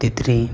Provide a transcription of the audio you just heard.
ᱛᱤᱛᱨᱤ